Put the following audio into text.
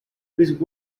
whose